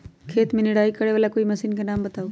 खेत मे निराई करे वाला कोई मशीन के नाम बताऊ?